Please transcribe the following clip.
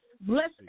Bless